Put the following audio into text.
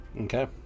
Okay